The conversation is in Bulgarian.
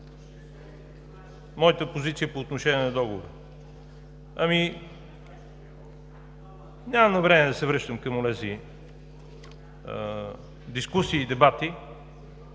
моята позиция по отношение на Договора. Нямам намерение да се връщам към онези дискусии и дебати.